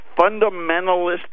fundamentalist